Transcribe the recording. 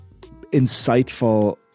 insightful